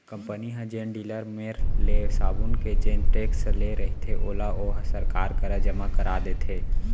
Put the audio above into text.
company ह जेन dealer मेर ले साबून के जेन टेक्स ले रहिथे ओला ओहा सरकार करा जमा करा देथे